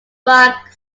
rock